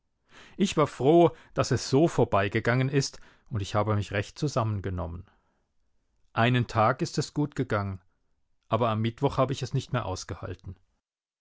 ich war froh daß es so vorbeigegangen ist und ich habe mich recht zusammengenommen einen tag ist es gut gegangen aber am mittwoch habe ich es nicht mehr ausgehalten